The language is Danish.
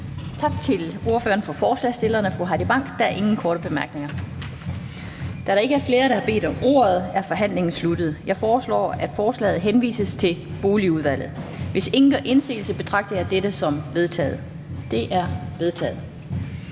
Tak til ordføreren for forslagsstillerne, fru Heidi Bank. Der er ingen korte bemærkninger. Da der ikke er flere, der har bedt om ordet, er forhandlingen sluttet. Jeg foreslår, at forslaget henvises til Boligudvalget. Hvis ingen gør indsigelse, betragter jeg dette som vedtaget. Det er vedtaget.